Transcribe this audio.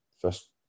first